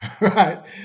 right